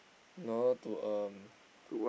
in order to um